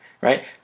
Right